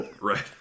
Right